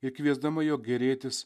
ir kviesdama juo gėrėtis